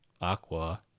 Aqua